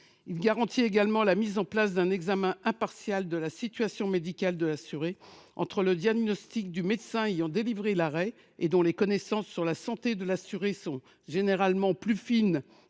Il garantit également la mise en place d’un examen impartial de la situation médicale de l’assuré, entre le diagnostic du médecin ayant délivré l’arrêt, dont les connaissances sur la santé de l’assuré sont généralement plus fines